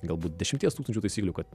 galbūt dešimties tūkstančių taisyklių kad